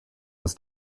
was